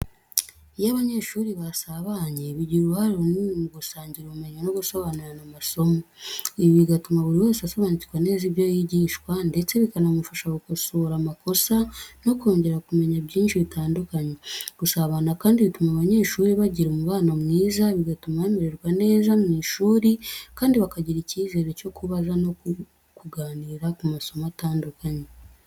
Iyo abanyeshuri basabanye, bigira uruhare runini mu gusangira ubumenyi no gusobanurirana amasomo. Ibi bituma buri wese asobanukirwa neza ibyo yigishwa, ndetse bikanamufasha gukosora amakosa no kongera kumenya byinshi bitandukanye. Gusabana kandi bituma abanyeshuri bagira umubano mwiza, bigatuma bamererwa neza mu ishuri kandi bakagira icyizere cyo kubaza no kuganira ku masomo atandukanye.